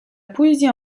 poésie